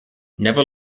never